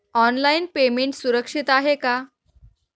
Online payment सुरक्षित आहे का?